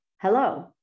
Hello